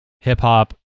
hip-hop